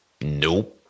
Nope